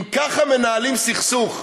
אם ככה מנהלים סכסוך,